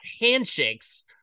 handshakes